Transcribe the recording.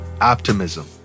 optimism